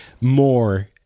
more